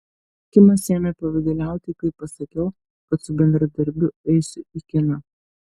kimas ėmė pavyduliauti kai pasakiau kad su bendradarbiu eisiu į kiną